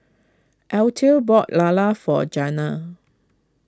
Althea bought Lala for Jenna